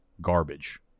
Garbage